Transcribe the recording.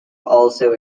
also